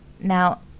Now